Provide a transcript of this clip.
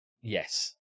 Yes